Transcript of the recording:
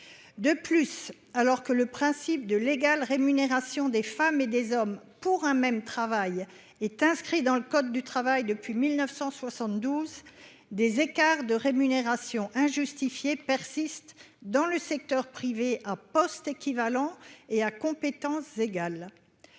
De plus, alors que le principe de l'égale rémunération des femmes et des hommes « pour un même travail » est inscrit dans le code du travail depuis 1972, des écarts de rémunération injustifiés persistent dans le secteur privé à poste équivalent et à compétences égales.